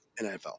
NFL